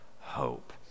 hope